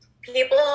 people